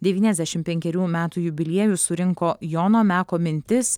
devyniasdešim penkerių metų jubiliejų surinko jono meko mintis